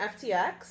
FTX